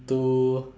two